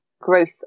growth